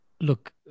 Look